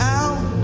out